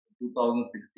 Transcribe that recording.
2016